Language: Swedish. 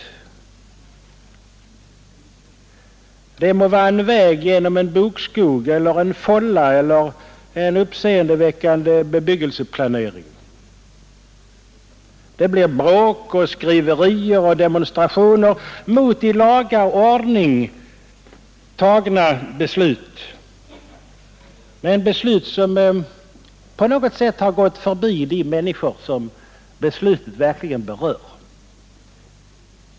Det må gälla en väg genom en bokskog eller en ”Fålla” eller en uppseendeväckande bebyggelseplanering. Det blir bråk och skriverier och demonstrationer mot i laga ordning tagna beslut — men beslut som på något sätt har gått förbi de människor som besluten verkligen berör.